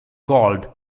called